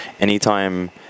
anytime